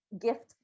gift